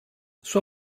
sua